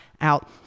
out